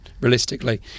realistically